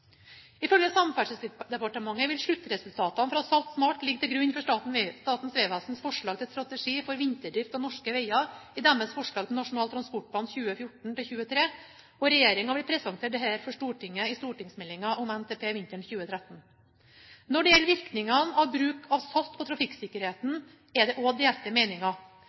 Ifølge Samferdselsdepartementet vil sluttresultatene fra Salt SMART ligge til grunn for Statens vegvesens forslag til strategi for vinterdrift av norske veier i forslaget til Nasjonal transportplan 2014–2023, og regjeringen vil presentere dette for Stortinget i stortingsmeldingen om NTP vinteren 2013. Når det gjelder virkningen på trafikksikkerheten ved bruk av salt, er det også delte meninger,